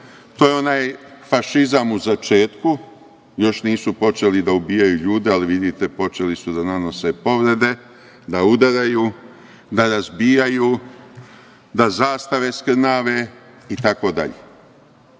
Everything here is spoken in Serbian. To je onaj fašizam u začetku. Još nisu počeli da ubijaju ljude, ali vidite, počeli su da nanose povrede, da udaraju, da razbijaju, da zastave skrnave, itd. Znate